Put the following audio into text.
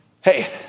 Hey